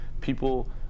people